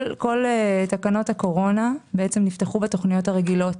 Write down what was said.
כל תקנות הקורונה נפתחו בתוכניות הרגילות